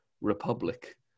republic